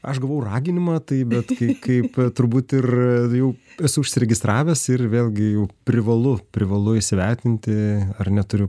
aš gavau raginimą tai bet kai kaip turbūt ir jau esu užsiregistravęs ir vėlgi jau privalu privalu įsivertinti ar neturiu